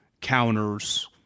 counters